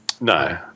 no